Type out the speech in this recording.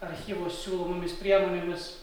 archyvo siūlomomis priemonėmis